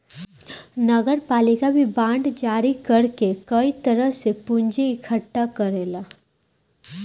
नगरपालिका भी बांड जारी कर के कई तरह से पूंजी इकट्ठा करेला